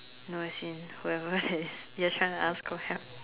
no as in whoever that is just trying to ask for help